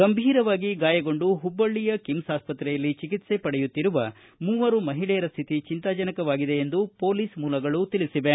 ಗಂಭೀರವಾಗಿ ಗಾಯಗೊಂಡು ಹುಬ್ಬಳ್ಳಯ ಕಿಮ್ಲ್ ಆಸ್ಪತ್ರೆಯಲ್ಲಿ ಚಿಕಿತ್ಸೆ ಪಡೆಯುತ್ತಿರುವ ಮೂವರು ಮಹಿಳೆಯರ ಸ್ಥಿತಿ ಚಂತಾಜನಕವಾಗಿದೆ ಎಂದು ಪೊಲೀಸ ಮೂಲಗಳು ತಿಳಿಸಿವೆ